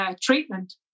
treatment